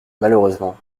malheureusement